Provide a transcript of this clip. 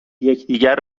یکدیگر